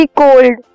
cold